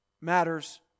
matters